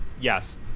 yes